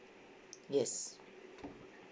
yes